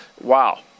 Wow